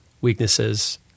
weaknesses